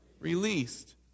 Released